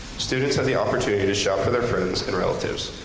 students had the opportunity to shop for their friends and relatives.